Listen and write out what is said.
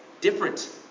different